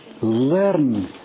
learn